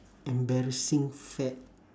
embarrassing fad